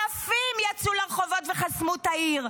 אלפים יצאו לרחובות וחסמו את העיר,